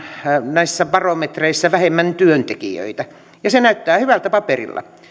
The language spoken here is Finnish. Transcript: näissä barometreissä vähemmän työntekijöitä ja se näyttää hyvältä paperilla